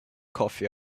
coffee